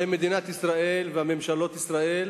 הרי מדינת ישראל וממשלות ישראל